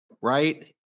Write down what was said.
right